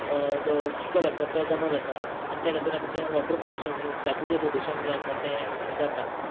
जो चिखोल आसा तो जमा जाता आनी त्या खातीर आमचें वॉटर पोल्यूशन उदकाचें जें प्रदूशण जें आसा तें जाता